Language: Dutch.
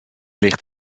ligt